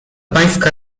pańska